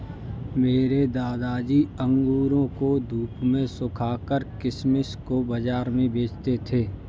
मेरे दादाजी अंगूरों को धूप में सुखाकर किशमिश को बाज़ार में बेचते थे